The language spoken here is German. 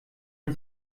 man